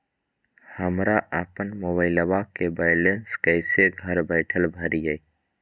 हमरा अपन मोबाइलबा के बैलेंस कैसे घर बैठल भरिए?